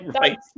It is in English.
right